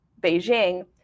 Beijing